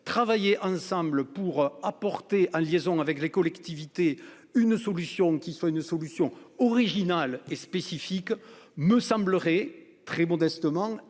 travailler ensemble pour apporter un liaison avec les collectivités. Une solution qui soit une solution originale et spécifique me semblerait très modestement